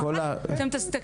את יכולה לסיים.